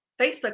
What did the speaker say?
Facebook